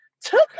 took